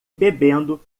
bebendo